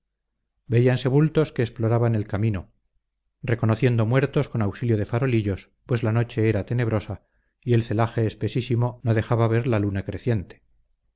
veíanse bultos que exploraban el campo reconociendo muertos con auxilio de farolillos pues la noche era tenebrosa y el celaje espesísimo no dejaba ver la luna creciente